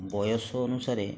ବୟସ ଅନୁସାରେ